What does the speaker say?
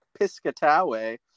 Piscataway